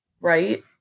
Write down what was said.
right